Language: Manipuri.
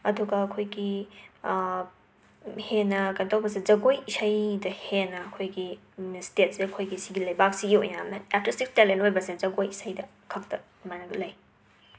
ꯑꯗꯨꯒ ꯑꯩꯈꯣꯏꯒꯤ ꯍꯦꯟꯅ ꯀꯩꯟꯇꯧꯕꯁꯦ ꯖꯒꯣꯏ ꯏꯁꯩꯗ ꯍꯦꯟꯅ ꯑꯩꯈꯣꯏꯒꯤ ꯃꯤꯁꯇꯦꯠꯁꯦ ꯑꯩꯈꯣꯏꯒꯤ ꯁꯤꯒꯤ ꯂꯩꯕꯥꯛꯁꯤꯒꯤ ꯑꯣꯏꯅ ꯃꯦ ꯑꯦꯔꯇꯤꯁꯇꯤꯛ ꯇꯦꯂꯦꯟ ꯑꯣꯏꯕꯁꯦ ꯖꯒꯣꯏ ꯏꯁꯩꯗ ꯈꯛꯇ ꯑꯗꯨꯃꯥꯏꯅ ꯂꯩ